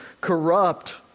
corrupt